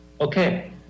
Okay